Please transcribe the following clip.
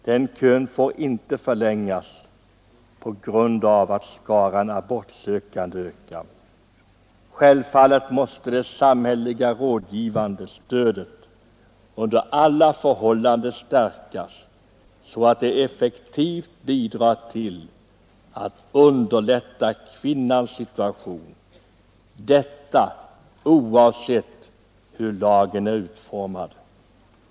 Den kön får inte förlängas på grund av att skaran abortsökande ökar. Självfallet måste det samhälleliga rådgivande stödet under alla förhållanden stärkas, så att det effektivt bidrar till att underlätta kvinnans situation, detta oavsett hur lagen är utformad.